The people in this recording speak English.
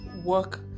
work